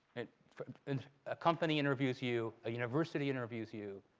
and a company interviews you. a university interviews you.